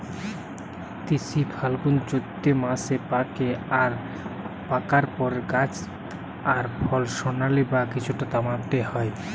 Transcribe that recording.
তিসি ফাল্গুনচোত্তি মাসে পাকে আর পাকার পরে গাছ আর ফল সোনালী বা কিছুটা তামাটে হয়